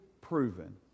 proven